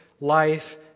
life